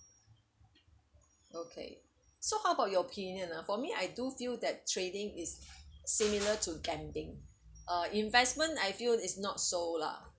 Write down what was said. okay so how about your opinion ah for me I do feel that trading is similar to gambling uh investment I feel is not so lah